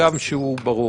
הגם שהוא ברור.